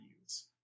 use